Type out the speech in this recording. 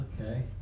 Okay